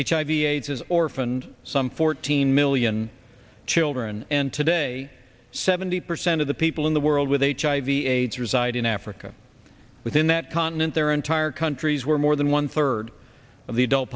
hiv aids is orphaned some fourteen million children and today seventy percent of the people in the world with hiv aids reside in africa within that continent there are entire countries where more than one third of the adult